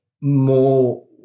more